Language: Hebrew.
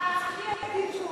לחופש לא צריך טלפון.